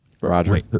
Roger